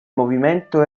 movimento